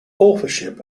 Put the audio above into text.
authorship